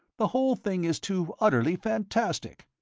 the whole thing is too utterly fantastic.